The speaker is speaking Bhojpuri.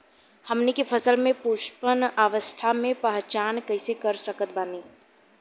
हमनी के फसल में पुष्पन अवस्था के पहचान कइसे कर सकत बानी?